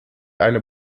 eine